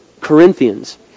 Corinthians